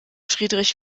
friedrich